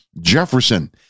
Jefferson